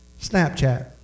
Snapchat